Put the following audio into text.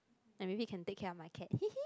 ya maybe you can take care of my cat hehe